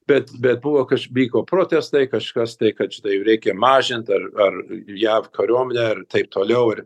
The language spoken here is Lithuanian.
bet bebuvo kas vyko protestai kažkas tai kad štai reikia mažint ar ar jav kariuomenę ir taip toliau ir